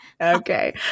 okay